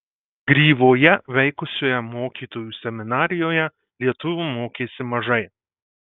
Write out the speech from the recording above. gryvoje veikusioje mokytojų seminarijoje lietuvių mokėsi mažai